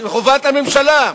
שהוא חובת הממשלה,